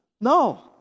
No